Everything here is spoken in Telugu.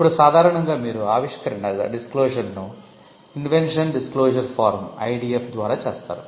ఇప్పుడు సాధారణంగా మీరు ఆవిష్కరణ డిస్క్లోషర్ను ద్వారా చేస్తారు